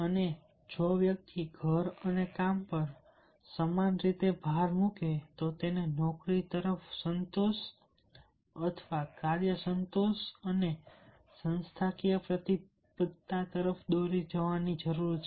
અને જો વ્યક્તિ ઘર અને કામ પર સમાન રીતે ભાર મૂકે તો તેને નોકરી તરફ સંતોષ કાર્ય સંતોષ અને સંસ્થાકીય પ્રતિબદ્ધતા દોરી જવાની જરૂર છે